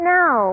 now